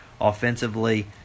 Offensively